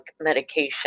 medication